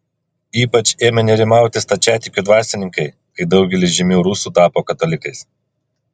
ypač ėmė nerimauti stačiatikių dvasininkai kai daugelis žymių rusų tapo katalikais